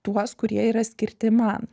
tuos kurie yra skirti man